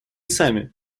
сами